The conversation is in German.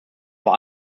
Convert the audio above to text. vor